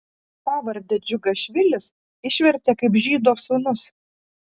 pavardę džiugašvilis išvertė kaip žydo sūnus